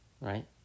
Right